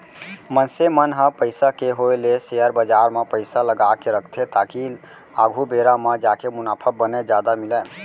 मनसे मन ह पइसा के होय ले सेयर बजार म पइसा लगाके रखथे ताकि आघु बेरा म जाके मुनाफा बने जादा मिलय